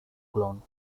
clone